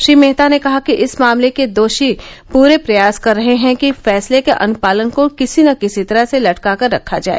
श्री मेहता ने कहा कि इस मामले के दोषी प्रे प्रयास कर रहे हैं कि फैसले के अनुपालन को किसी न किसी तरह से लटकाकर रखा जाए